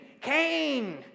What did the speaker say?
Cain